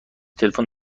تلفن